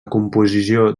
composició